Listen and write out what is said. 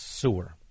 Sewer